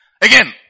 Again